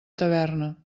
taverna